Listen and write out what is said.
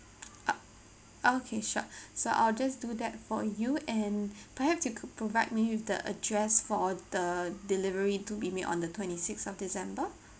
uh okay sure so I'll just do that for you and perhaps you could provide me with the address for the delivery to be made on the twenty six of december